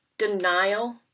denial